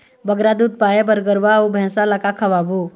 बगरा दूध पाए बर गरवा अऊ भैंसा ला का खवाबो?